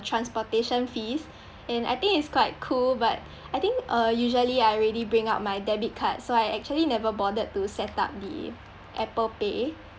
transportation fees and I think it's quite cool but I think uh usually I already bring out my debit card so I actually never bothered to set up the Apple Pay